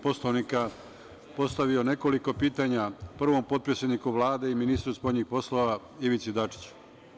Poslovnika postavio nekoliko pitanja, prvo potpredsedniku Vlade i ministru spoljnih poslova, Ivici Dačiću.